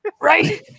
Right